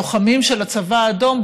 של הלוחמים של הצבא האדום,